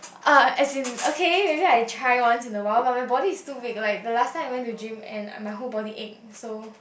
uh as in okay and then I try once in awhile but my body is too weak like the last time I went to gym and my whole body ache so